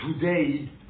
today